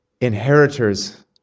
inheritors